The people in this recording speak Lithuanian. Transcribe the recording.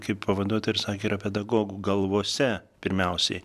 kaip pavaduotoja ir sakė yra pedagogų galvose pirmiausiai